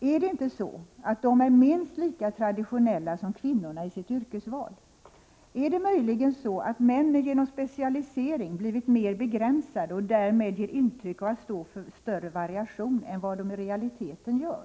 Är det inte så att de är minst lika traditionella som kvinnorna i sitt yrkesval? Är det möjligen så att männen genom specialisering blivit mer begränsade och därmed ger intryck av att stå för större variation än vad de i realiteten gör?